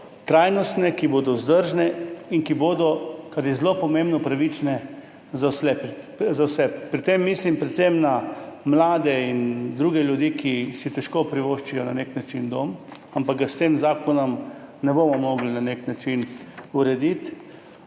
trajnostne, ki bodo vzdržne in ki bodo, kar je zelo pomembno, pravične vse. Pri tem mislim predvsem na mlade in druge ljudi, ki si težko privoščijo dom, ampak ga s tem zakonom ne bomo mogli na nek način urediti.